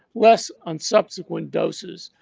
less on subsequent doses.